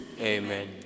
Amen